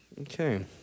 Okay